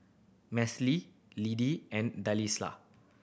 Meslee Lidie and Delisla